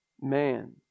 man